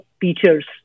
teachers